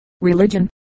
religion